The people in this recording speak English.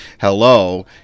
hello